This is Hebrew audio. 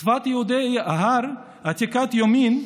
שפת יהודי ההר עתיקת היומין,